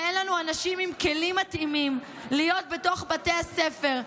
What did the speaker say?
שאין לנו אנשים עם כלים מתאימים להיות בתוך בתי הספר,